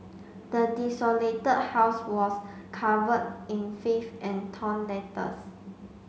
the desolated house was covered in filth and torn letters